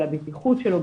על הבטיחות שלו,